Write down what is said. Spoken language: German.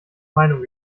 meinung